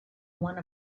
one